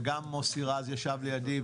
וגם מוסי רז ישב לידי,